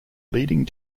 leading